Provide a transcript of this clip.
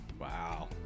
Wow